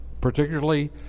particularly